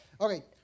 Okay